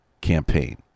campaign